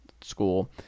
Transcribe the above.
school